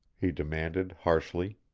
he demanded, harshly.